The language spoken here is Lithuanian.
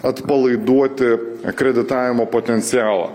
atpalaiduoti kreditavimo potencialą